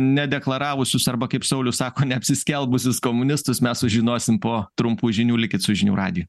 nedeklaravusius arba kaip saulius sako neapsiskelbusius komunistus mes sužinosim po trumpų žinių likit su žinių radiju